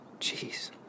Jeez